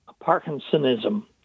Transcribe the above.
parkinsonism